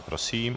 Prosím.